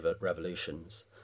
revolutions